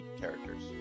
characters